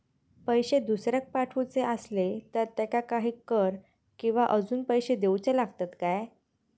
पैशे दुसऱ्याक पाठवूचे आसले तर त्याका काही कर किवा अजून पैशे देऊचे लागतत काय?